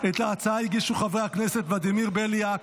את ההצעה הגישו חברי הכנסת ולדימיר בליאק,